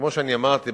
כפי שאמרתי,